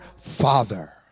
Father